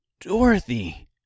Dorothy